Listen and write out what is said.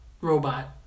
robot